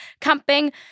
camping